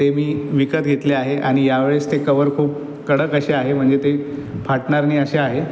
ते मी विकत घेतले आहे आणि या वेळेस ते कव्हर खूप कडक असे आहे म्हणजे ते फाटणार नाही असे आहे